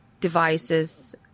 devices